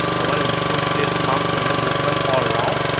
i wanna push this mompreneur movement all around,